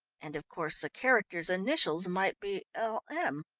and of course the character's initials might be l m.